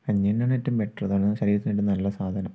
കഞ്ഞിയെന്നെയാണ് ഏറ്റവും ബെറ്ററ് അതാണ് ശരീരത്തിനു ഏറ്റവും നല്ല സാധനം